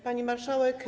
Pani Marszałek!